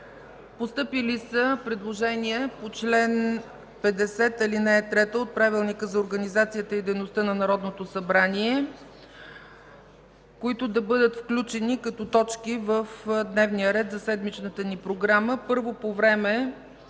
Постъпили са предложения по чл. 50, ал. 3 от Правилника за организацията и дейността на Народното събрание, които да бъдат включени като точки в дневния ред за седмичната ни програма. Първо по време